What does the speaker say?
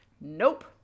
Nope